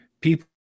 People